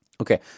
Okay